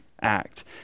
act